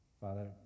Father